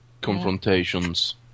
confrontations